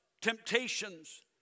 temptations